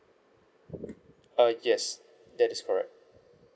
uh yes that is correct